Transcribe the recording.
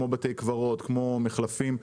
בתי קברות ומחלפים,